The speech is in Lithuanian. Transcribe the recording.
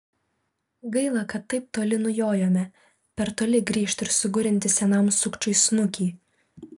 gaila kad taip toli nujojome per toli grįžt ir sugurinti senam sukčiui snukį